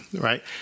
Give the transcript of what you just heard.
right